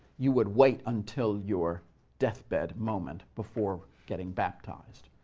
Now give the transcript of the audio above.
you would wait until your death-bed moment before getting baptized.